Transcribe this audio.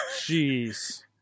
Jeez